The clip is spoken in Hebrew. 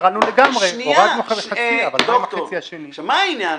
--- מה העניין?